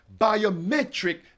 biometric